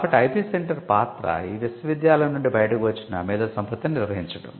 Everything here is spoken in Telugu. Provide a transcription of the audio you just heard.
కాబట్టి ఐపి సెంటర్ పాత్ర ఈ విశ్వవిద్యాలయం నుండి బయటకు వచ్చిన మేధో సంపత్తిని నిర్వహించడం